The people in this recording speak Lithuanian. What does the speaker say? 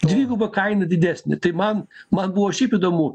dviguba kaina didesnė tai man man buvo šiaip įdomu